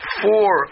four